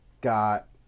got